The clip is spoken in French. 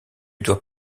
doit